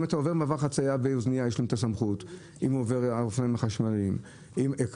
אם אתה עובר במעבר חצייה עם אופניים חשמליים עם אוזנייה,